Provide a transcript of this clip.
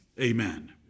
amen